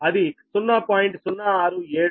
అది 0